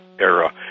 era